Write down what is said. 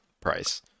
price